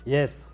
Yes